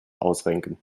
ausrenken